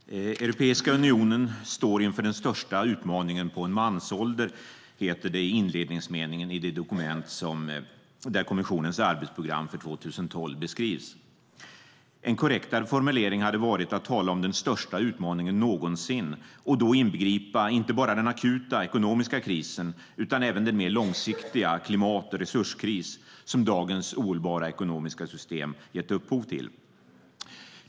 Fru talman! Europeiska unionen står inför den största utmaningen på en mansålder, heter det i inledningsmeningen i det dokument där kommissionens arbetsprogram för 2012 beskrivs. En korrektare formulering hade varit att tala om den största utmaningen någonsin och då inbegripa inte bara den akuta ekonomiska krisen utan även den mer långsiktiga klimat och resurskris som dagens ohållbara ekonomiska system gett upphov till.